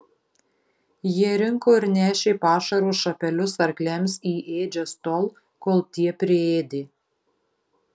jie rinko ir nešė pašaro šapelius arkliams į ėdžias tol kol tie priėdė